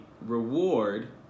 reward